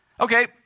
Okay